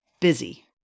busy